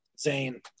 Zane